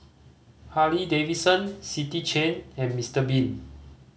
Harley Davidson City Chain and Mister Bean